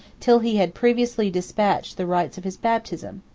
till he had previously despatched the rites of his baptism.